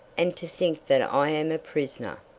and to think that i am a prisoner!